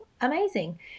amazing